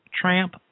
tramp